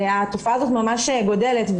התופעה הזאת ממש גדלה.